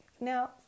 Now